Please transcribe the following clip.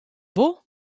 wol